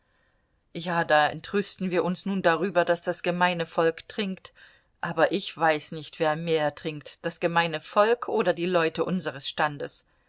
ja da entrüsten wir uns nun darüber daß das gemeine volk trinkt aber ich weiß nicht wer mehr trinkt das gemeine volk oder die leute unseres standes